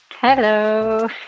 Hello